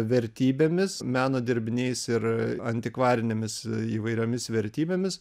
vertybėmis meno dirbiniais ir antikvarinėmis įvairiomis vertybėmis